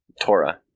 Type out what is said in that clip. Torah